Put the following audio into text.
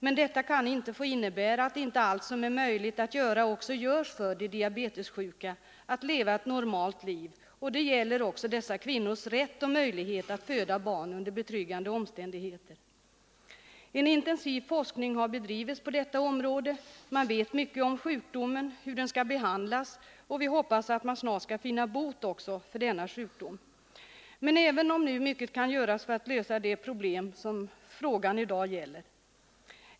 Men detta kan inte få innebära att inte allt som är möjligt att göra också görs för de diabetessjuka för att dessa skall få leva ett normalt liv, och det gäller också dessa kvinnors rätt och möjlighet att föda barn under betryggande omständigheter. En intensiv forskning har bedrivits på detta område. Man vet mycket om sjukdomen och om hur den skall behandlas, och vi hoppas att man snart också skall finna bot för denna sjukdom. Men även nu kan mycket göras för att lösa det problem som frågan i dag gäller.